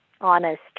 honest